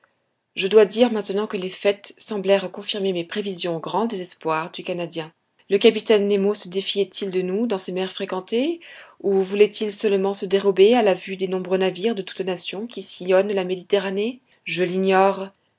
je dois dire maintenant que les faits semblèrent confirmer mes prévisions au grand désespoir du canadien le capitaine nemo se défiait il de nous dans ces mers fréquentées ou voulait-il seulement se dérober à la vue des nombreux navires de toutes nations qui sillonnent la méditerranée je l'ignore